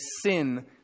sin